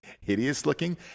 hideous-looking